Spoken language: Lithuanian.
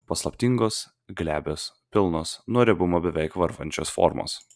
paslaptingos glebios pilnos nuo riebumo beveik varvančios formos